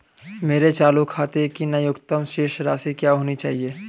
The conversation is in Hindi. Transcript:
मेरे चालू खाते के लिए न्यूनतम शेष राशि क्या होनी चाहिए?